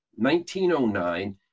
1909